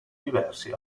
diversi